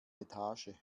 etage